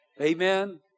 Amen